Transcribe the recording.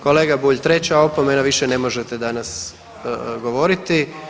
Kolega Bulj, treća opomena, više ne možete danas govoriti.